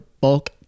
bulk